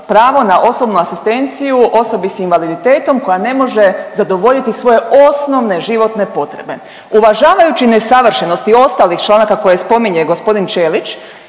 pravo na osobnu asistenciju osobi s invaliditetom koja ne može zadovoljiti svoje osnovne životne potrebe. Uvažavajući nesavršenosti i ostalih članaka koje spominje g. Ćelić